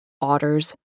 otters